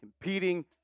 competing